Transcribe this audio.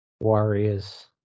Warriors